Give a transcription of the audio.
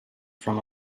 from